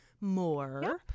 more